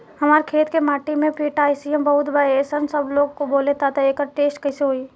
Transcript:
हमार खेत के माटी मे पोटासियम बहुत बा ऐसन सबलोग बोलेला त एकर टेस्ट कैसे होई?